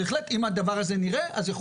בהחלט אם הדבר הזה הוא כפי שזה נראה אז יכול